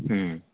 ꯎꯝ